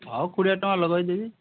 ହଉ କୋଡ଼ିଏ ଟଙ୍କା ଲଗେଇ ଦେବି